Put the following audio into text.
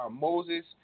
Moses